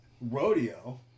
rodeo